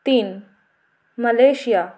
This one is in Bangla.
তিন মালয়েশিয়া